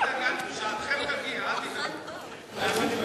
שעתכם תגיע, אל תדאגו.